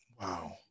Wow